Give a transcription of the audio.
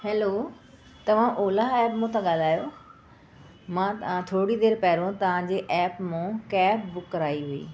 hello तव्हां Ola app मां ता ॻाल्हायो मां थोरी देरि पहिरों तव्हांजे एप मां कैब बुक कराई हुई